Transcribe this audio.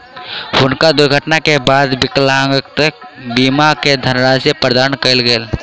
हुनका दुर्घटना के बाद विकलांगता बीमा के धनराशि प्रदान कयल गेल